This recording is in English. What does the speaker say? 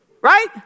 Right